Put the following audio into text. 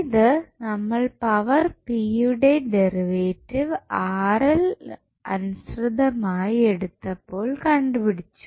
ഇത് നമ്മൾ power p യുടെ ഡെറിവേറ്റീവ് അനുസൃതമായി എടുത്തപ്പോൾ കണ്ടുപിടിച്ചു